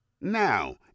now